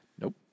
Nope